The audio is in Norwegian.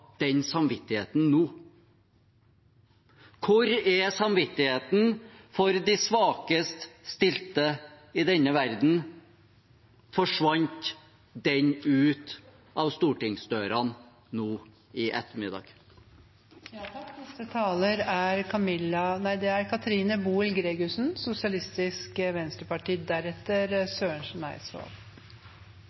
den samvittigheten? Hvor er samvittigheten for de svakest stilte i denne verden? Forsvant den ut av stortingsdørene nå i ettermiddag? Dette haster. Unger og barnefamilier er